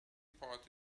part